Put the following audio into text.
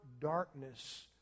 darkness